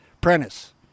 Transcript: Prentice